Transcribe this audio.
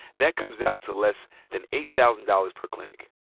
that comes out to less than eight thousand dollars per clinic.